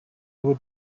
would